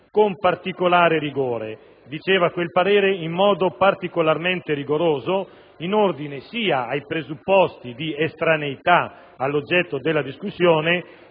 con particolare rigore. Diceva quel parere "in modo particolarmente rigoroso" in ordine sia ai presupposti di estraneità all'oggetto della discussione,